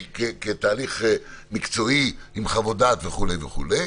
כתהליך מקצועי עם חוות דעת וכו' וכו'.